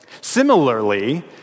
Similarly